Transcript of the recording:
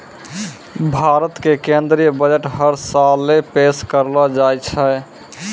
भारत के केन्द्रीय बजट हर साले पेश करलो जाय छै